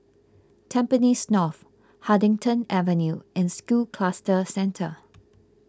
Tampines North Huddington Avenue and School Cluster Centre